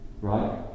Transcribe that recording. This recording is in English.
Right